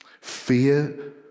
Fear